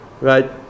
Right